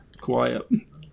quiet